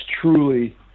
truly